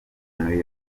muri